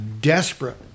desperate